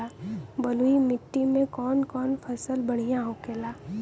बलुई मिट्टी में कौन कौन फसल बढ़ियां होखेला?